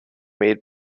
made